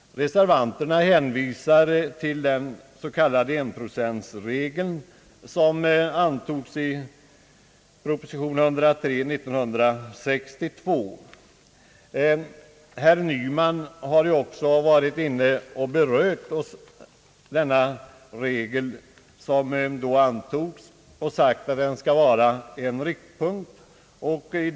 Reservanterna hänvisar till den s.k. enprocentregeln, som föreslogs i proposition nr 103 år 1962. Herr Nyman har nyss yttrat att den regeln skall vara en riktpunkt.